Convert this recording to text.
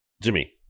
Jimmy